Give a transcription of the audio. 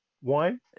One